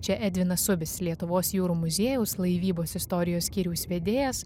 čia edvinas ubis lietuvos jūrų muziejaus laivybos istorijos skyriaus vedėjas